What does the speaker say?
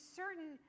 certain